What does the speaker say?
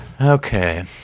Okay